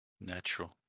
Natural